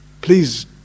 Please